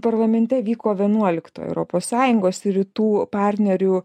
parlamente vyko vienuoliktoji europos sąjungos ir rytų partnerių